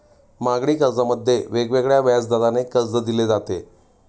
मागणी कर्जामध्ये वेगवेगळ्या व्याजदराने कर्ज दिले जाते